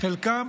חלקם